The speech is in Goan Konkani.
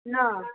ना